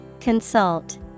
Consult